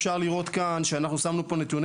אפשר לראות כאן שאנחנו שמנו פה נתוני